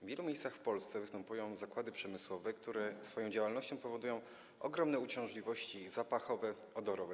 W wielu miejscach w Polsce występują zakłady przemysłowe, które swoją działalnością powodują ogromne uciążliwości zapachowe, odorowe.